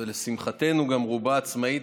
ולשמחתנו רובה עצמאית